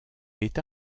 est